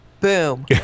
Boom